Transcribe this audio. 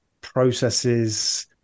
processes